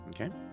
Okay